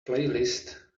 playlist